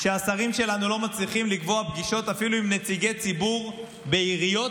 שהשרים שלנו לא מצליחים לקבוע פגישות אפילו עם נציגי ציבור בעיריות,